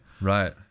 Right